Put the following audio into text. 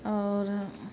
आओर